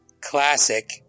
classic